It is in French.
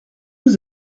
nous